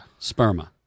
Sperma